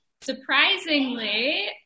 Surprisingly